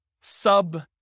sub